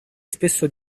spesso